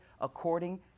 according